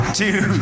two